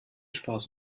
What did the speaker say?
spaß